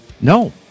No